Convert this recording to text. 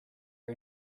are